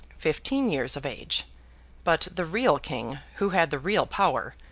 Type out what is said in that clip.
fifteen years of age but the real king, who had the real power,